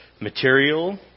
material